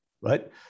right